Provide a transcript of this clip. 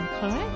correct